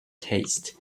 taste